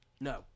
no